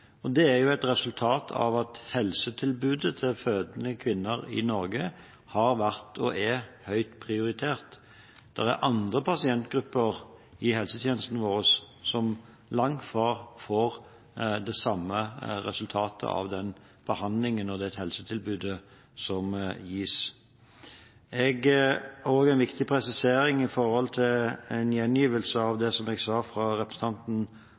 og det er et resultat av at helsetilbudet til fødende kvinner i Norge har vært og er høyt prioritert. Det er andre pasientgrupper i helsetjenesten vår som langt fra får det samme resultatet av den behandlingen og det helsetilbudet som gis. En annen viktig presisering gjelder en gjengivelse fra representanten Andersen om at jeg